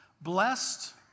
Blessed